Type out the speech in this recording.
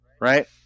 right